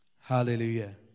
Hallelujah